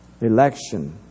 election